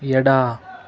ಎಡ